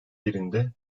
birinde